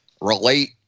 relate